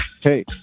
hey